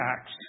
acts